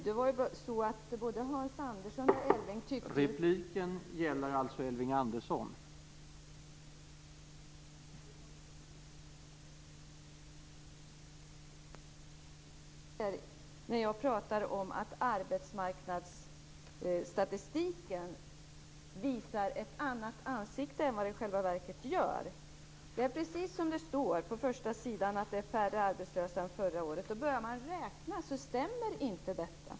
Det är ju det jag säger när jag pratar om att arbetsmarknadsstatistiken visar ett annat ansikte än vad den i själva verket har. Det är precis som det står på första sidan, att det är färre arbetslösa än förra året. Börjar man räkna så stämmer inte detta.